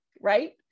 right